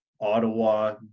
ottawa